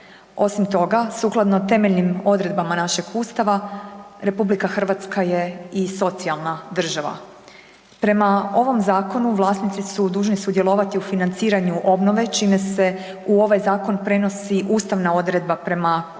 Osim toga, sukladno temeljnim odredbama našeg ustava RH je i socijalna država. Prema ovom zakonu vlasnici su dužni sudjelovati u financiranju obnove čime se u ovaj zakon prenosi ustavna odredba prema kojem